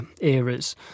eras